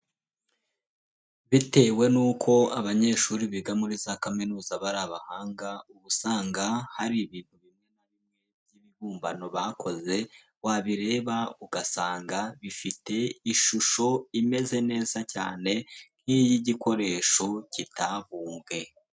Bitewe n'uko abanyeshuri biga muri za kaminuza baba ari abahanga, uba usanga hari ibintu by'ibibumbano bakoze, wabireba ugasanga bifite ishusho imeze neza cyane nk'iy'igikoresho kitabumbwe.